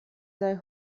sei